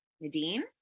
Nadine